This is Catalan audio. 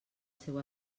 seu